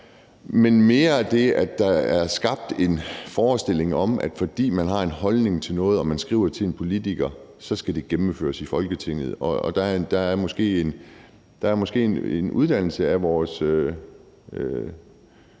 men mere det, at der er skabt en forestilling om, at fordi man har en holdning til noget og skriver til en politiker, så skal det gennemføres i Folketinget. Og der er måske en uddannelse af vores